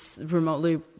remotely